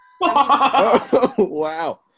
Wow